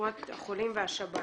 קופות החולים והשב"ן.